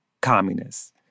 communists